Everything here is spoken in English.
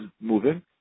moving